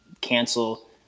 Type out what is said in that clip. cancel